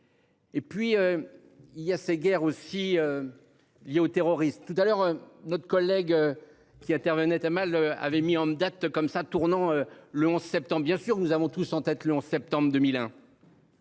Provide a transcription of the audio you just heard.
Et puis. Il y a ces guerres aussi. Lié au terrorisme tout à l'heure notre collègue. Qui intervenait Amal avaient mis en date comme ça. Tournant le 11 septembre. Bien sûr, nous avons tous en tête le 11 septembre 2001.